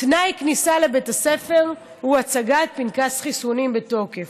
תנאי כניסה לבית הספר הוא הצגת פנקס חיסונים בתוקף.